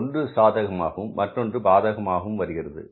ஒன்று சாதகமாகவும் மற்றொன்று பாதகமாகவும் வருகிறது